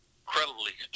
incredibly